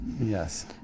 Yes